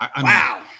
Wow